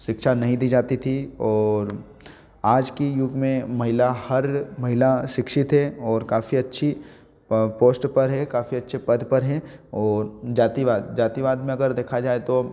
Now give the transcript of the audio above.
शिक्षा नहीं दी जाती थी और आज के युग में महिला हर महिला शिक्षित है और काफी अच्छी पोस्ट पर है काफी अच्छे पद पर हैं और जातिवाद जातिवाद में अगर देखा जाए तो